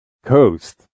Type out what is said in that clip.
Coast